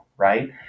right